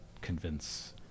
convince